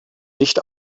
nicht